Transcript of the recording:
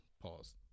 Pause